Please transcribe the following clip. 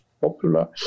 popular